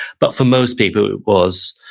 but for most people it was,